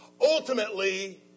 Ultimately